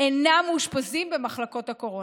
שאינם מאושפזים במחלקות הקורונה.